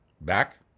Back